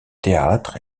théâtre